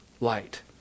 light